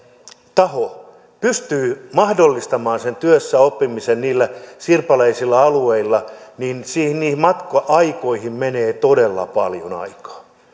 taho pystyy mahdollistamaan sen työssäoppimisen niillä sirpaleisilla alueilla niihin matka aikoihin menee todella paljon aikaa